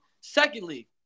Secondly